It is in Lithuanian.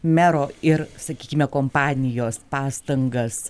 mero ir sakykime kompanijos pastangas